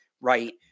Right